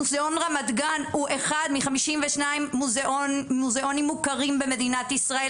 מוזיאון רמת גן הוא אחד מ- 52 מוזיאונים מוכרים במדינת ישראל,